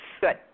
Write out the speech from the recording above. Good